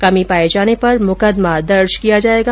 कमी पाए जाने पर मुकदमा दर्ज किया जाएगा